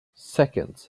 second